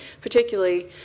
particularly